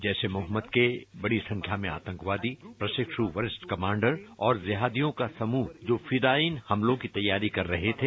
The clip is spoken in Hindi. जैश ए मोहम्मद के बड़ी संख्या में आतंकवादी प्रशिक्ष् वरिष्ठ कमांडर और जिहादियों का समूह जो फिदायिन हमलों की तैयारी कर रहे थे